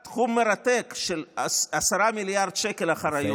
זה תחום מרתק של 10 מיליארד שקל אחריות,